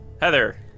Heather